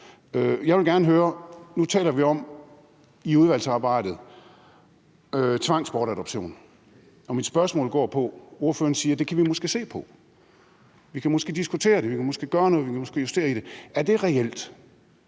Jeg ville gerne høre om noget. Nu taler vi om tvangsbortadoption i udvalgsarbejdet, og mit spørgsmål går på, at ordføreren siger, at det kan vi måske se på, og at vi måske kan diskutere det, måske gøre noget, måske justere i det. Er det reelt?